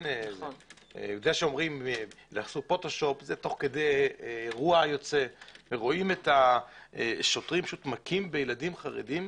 זה שאומרים לעשות פוטושופ - רואים את השוטרים שמכים בילדים חרדים.